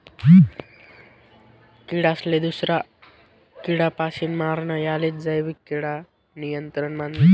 किडासले दूसरा किडापासीन मारानं यालेच जैविक किडा नियंत्रण म्हणतस